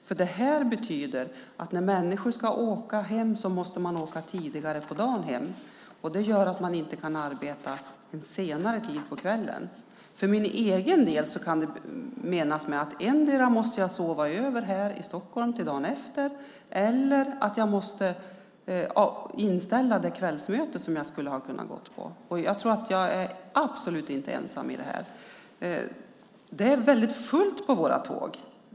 Som det är nu måste människor åka hem tidigare på dagen, och det gör att man inte kan arbeta senare på kvällen. För min egen del kan det innebära antingen att jag måste sova över här i Stockholm eller att jag måste inställa det kvällsmöte som jag skulle ha kunnat gå på. Jag tror absolut inte att jag är ensam i detta. Det är fullt på våra tåg.